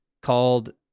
called